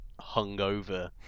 hungover